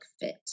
fit